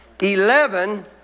Eleven